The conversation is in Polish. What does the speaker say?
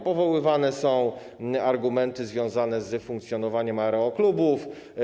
Powoływane są argumenty związane z funkcjonowaniem aeroklubów.